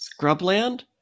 scrubland